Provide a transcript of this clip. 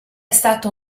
stato